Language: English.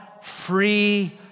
free